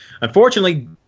Unfortunately